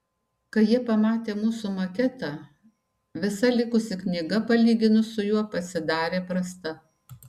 kai jie pamatė mūsų maketą visa likusi knyga palyginus su juo pasidarė prasta